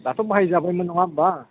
दाथ' बाहायजाबायमोन नङा होमबा